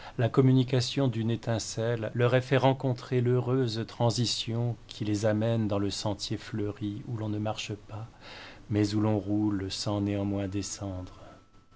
la communication d'une étincelle leur ait fait rencontrer l'heureuse transition qui les amène dans le sentier fleuri où l'on ne marche pas mais où l'on roule sans néanmoins descendre